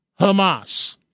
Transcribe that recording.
Hamas